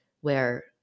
where-